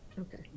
okay